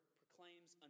proclaims